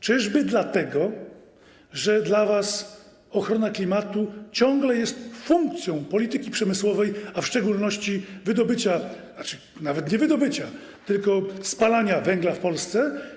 Czyżby dlatego że dla was ochrona klimatu ciągle jest funkcją polityki przemysłowej, a w szczególności wydobycia, tzn. nawet nie wydobycia, tylko spalania węgla w Polsce?